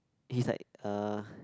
he's like uh